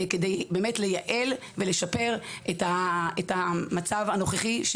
כדי לייעל ולשפר את המצב הנוכחי,